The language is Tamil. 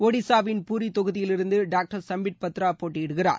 ஒடிசாவின் பூரி தொகுதியிலிருந்து டாக்டர் சும்பிட் பத்ரா போட்டியிடுகிறார்